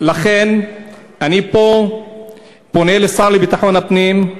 לכן אני פה פונה לשר לביטחון הפנים,